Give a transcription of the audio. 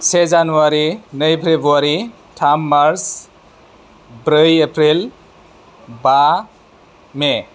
से जानुवारि नै फ्रेबुवारि थाम मार्स ब्रै एप्रिल बा मे